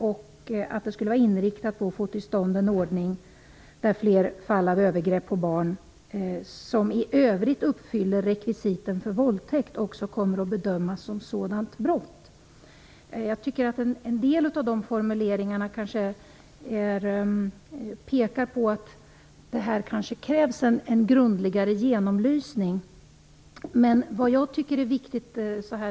Genomlysningen skulle vara inriktad på att få till stånd en ordning där fler fall av övergrepp på barn som i övrigt uppfyller rekvisiten för våldtäkt också kommer att bedömas som ett sådant brott. Jag tycker att en del av dessa formuleringar pekar på att det kanske krävs en grundligare genomlysning av detta.